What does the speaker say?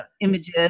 images